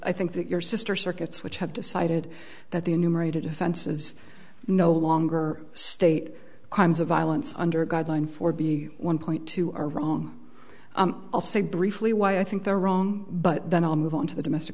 i think that your sister circuits which have decided that the enumerated offenses no longer state crimes of violence under guideline for b one point two are wrong i'll say briefly why i think they're wrong but then i'll move on to the domestic